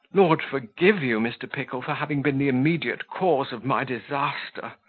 lord forgive you, mr. pickle, for having been the immediate cause of my disaster.